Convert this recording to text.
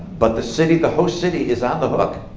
but the city, the host city is on the hook.